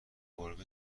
گربه